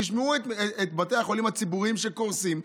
תשמעו את בתי החולים הציבוריים שקורסים,